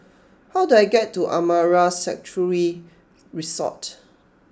how do I get to Amara Sanctuary Resort